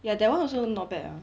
ya that one also not bad ah